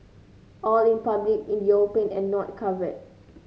all in public in the open and not covered